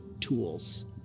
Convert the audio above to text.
tools